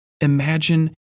Imagine